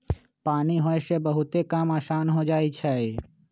पानी होय से बहुते काम असान हो जाई छई